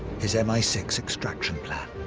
his m i six extraction plan.